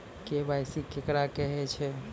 KYC केकरा कहैत छै?